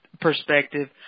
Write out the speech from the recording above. perspective